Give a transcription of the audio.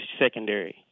secondary